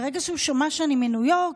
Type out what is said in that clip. ברגע שהוא שמע שאני מישראל,